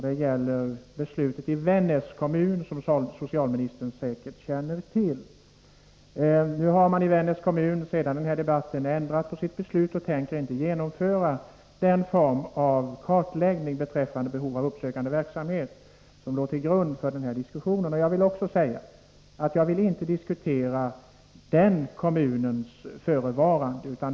Det gäller alltså det beslut om kartläggning beträffande behov av uppsökande verksamhet som fattats i Vännäs kommun och som socialministern säkert känner till. Kommunen har efter den debatt som förekommit ändrat på beslutet, och man tänker inte genomföra denna form av kartläggning. Jag vill framhålla att det jag vill diskutera inte är denna kommuns förehavanden.